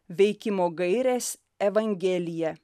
veikimo gairės evangelija